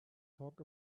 talk